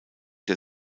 der